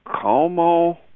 Como